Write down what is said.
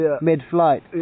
mid-flight